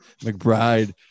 McBride